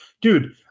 Dude